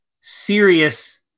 serious